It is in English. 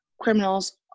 criminals